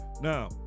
Now